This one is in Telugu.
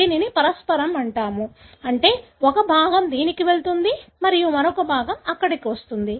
దీనిని పరస్పరం అంటారు అంటే ఒక భాగం దీనికి వెళుతుంది మరియు మరొక భాగం ఇక్కడ వస్తుంది